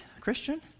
Christian